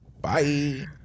Bye